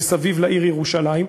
שמסביב לעיר ירושלים,